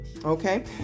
Okay